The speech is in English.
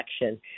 election